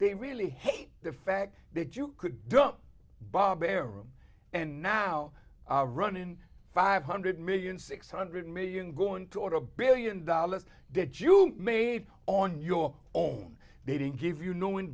they really hate the fact that you could dump bare room and now run in five hundred million six hundred million going toward a billion dollars that you made on your own they didn't give you know